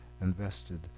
invested